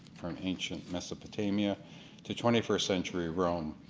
from ancient mesopotamia to twenty first century rome.